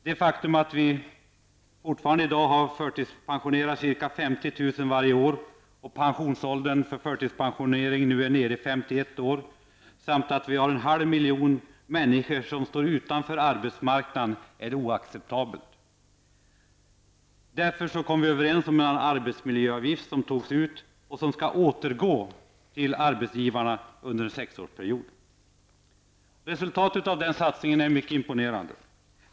Det faktum att vi fortfarande förtidspensionerar ca 50 000 personer varje år, att pensionsåldern för förtidspensionering nu är nere i 51 år samt att en halv miljon människor står utanför arbetsmarknaden är oacceptabelt. Därför kom vi överens om en arbetsmiljöavgift som skall återgå till arbetsgivarna under en sexårsperiod. Resultatet av den satsningen är mycket imponerande.